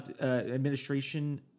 administration